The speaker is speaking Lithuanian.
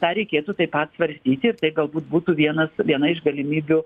tą reikėtų taip pat svarstyti ir tai galbūt būtų vienas viena iš galimybių